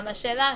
השאלה,